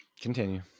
Continue